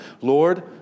Lord